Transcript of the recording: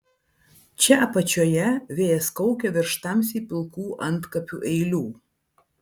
čia apačioje vėjas kaukia virš tamsiai pilkų antkapių eilių